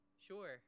sure